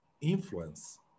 influence